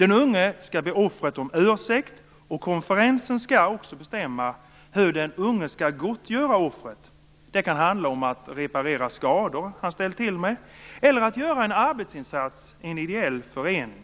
Den unge skall be offret om ursäkt, och konferensen skall också bestämma hur den unge skall gottgöra offret. Det kan handla om att reparera skador som han ställt till med eller att göra en arbetsinsats i en ideell förening.